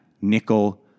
nickel